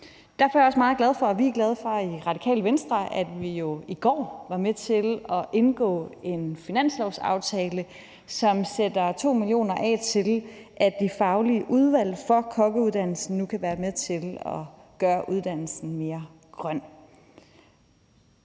Derfor er jeg også meget glad for og vi er glade for i Radikale Venstre, at vi jo i går var med til at indgå en finanslovsaftale, som sætter 2 mio. kr. af til, at de faglige udvalg for kokkeuddannelsen nu kan være med til at gøre uddannelsen mere grøn.